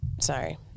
Sorry